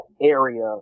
area